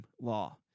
law